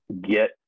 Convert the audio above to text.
get